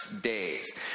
days